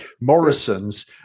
Morrison's